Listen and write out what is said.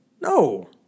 No